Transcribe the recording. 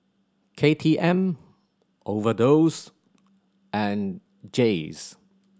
K T M Overdose and Jays